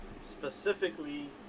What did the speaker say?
specifically